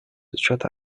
учета